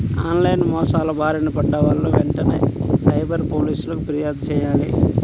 on line మోసాల బారిన పడ్డ వాళ్ళు వెంటనే సైబర్ పోలీసులకు పిర్యాదు చెయ్యాలి